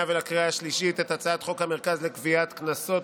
ולקריאה השלישית את הצעת חוק המרכז לגביית קנסות,